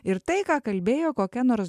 ir tai ką kalbėjo kokia nors